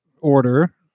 order